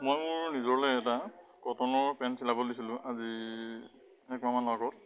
মই মোৰ নিজলৈ এটা কটনৰ পেণ্ট চিলাবলৈ দিছিলোঁ আজি এক মাহমানৰ আগত